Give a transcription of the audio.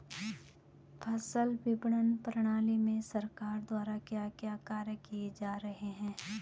फसल विपणन प्रणाली में सरकार द्वारा क्या क्या कार्य किए जा रहे हैं?